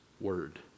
word